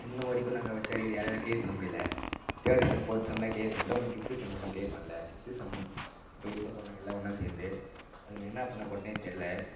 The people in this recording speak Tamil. இன்றை வரைக்கும் நாங்கள் வச்ச அரியரை யாராலும் கிளியர் பண்ண முடியிலை தேர்டு செம் ஃபோர்த்து செமெலாம் கிளியர் பண்ணிவிட்டோம் இன்னும் ஃப்ஃப்த்து செம் இன்னும் கிளியர் பண்ணல சிஸ்த்து செம்மும் இப்போ எழுத போகிறோம் நாங்கள் எல்லாம் ஒன்றா சேர்ந்து அதுக்கு நான் என்ன பண்ண போறேனே தெர்லை